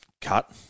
cut